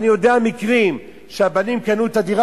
אני יודע על מקרים שהבנים קנו את הדירה